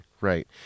right